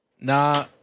Nah